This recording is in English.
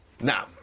Now